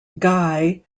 guy